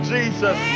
Jesus